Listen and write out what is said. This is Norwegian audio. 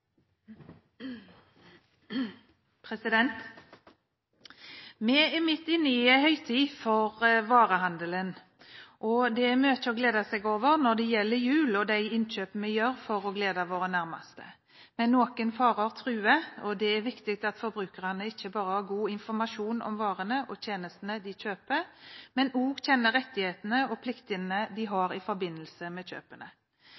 omsorg. Vi er midt inne i en høytid for varehandelen. Det er mye å glede seg over når det gjelder jul og de innkjøp vi gjør for å glede våre nærmeste. Men noen farer truer: Det er viktig at forbrukerne ikke bare har god informasjon om varene og tjenestene de kjøper, men også kjenner rettighetene og pliktene de har i forbindelse med kjøpene.